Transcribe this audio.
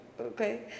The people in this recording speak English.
Okay